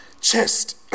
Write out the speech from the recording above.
chest